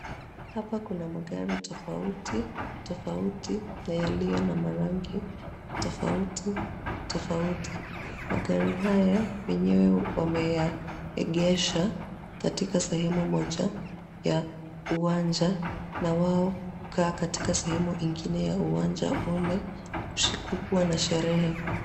Hapa kuna magari tofauti tofauti na yaliyo na rangi tofauti tofauti. Magari hata wenyewe wameyaegesha katika sehemu moja ya uwanja na wao kukaa katika sehemu ingine ya uwanja ule usiku kuwa na sherehe.